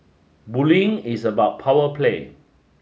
bullying is about power play